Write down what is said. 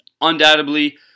undoubtedly